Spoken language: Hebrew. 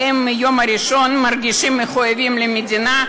הם מהיום הראשון מרגישים מחויבים למדינה,